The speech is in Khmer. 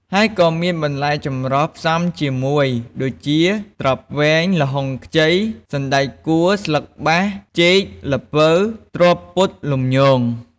ហើយក៏មានបន្លែចម្រុះផ្សំជាមួយដូចជា ត្រប់វែង ល្ហុងខ្ចី សណ្ដែកកួរ ស្លឹកបាស ចេក ល្ពៅ ត្រប់ពុតលំញង។